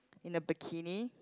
in a bikini